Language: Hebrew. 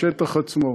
בשטח עצמו,